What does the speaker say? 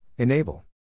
Enable